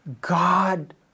God